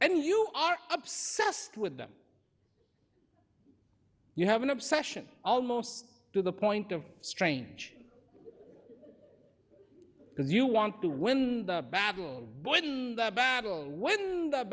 and you are obsessed with them you have an obsession almost to the point of strange because you want to win the battle when the battle when th